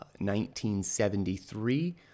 1973